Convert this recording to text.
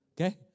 okay